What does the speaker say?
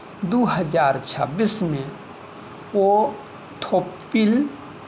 दू हजार छब्बीसमे ऑथोपील